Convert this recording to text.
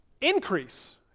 Increase